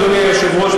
אדוני היושב-ראש,